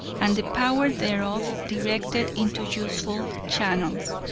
and the power thereof directed into useful channels.